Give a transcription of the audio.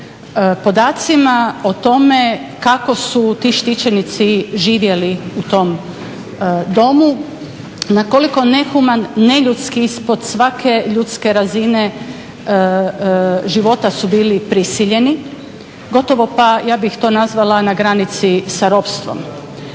podacima o tome kako su ti štićenici živjeli u tom domu, na koliko nehuman, neljudski, ispod svake ljudske razine života su bili prisiljeni, gotovo, pa ja bih to nazvala na granici s ropstvom.